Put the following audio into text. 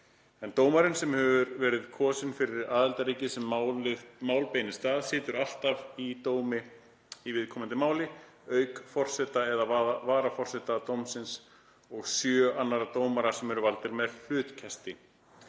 en dómarinn, sem hefur verið kosinn fyrir aðildarríkið sem mál beinist að, situr alltaf í dómi í viðkomandi máli, auk forseta eða varaforseta dómsins og sjö annarra dómara sem eru valdir með hlutkesti.